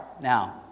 Now